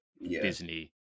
Disney